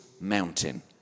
mountain